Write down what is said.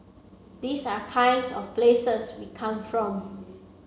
these are kinds of places we come from